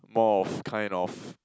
more of kind of